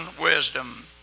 wisdom